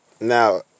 Now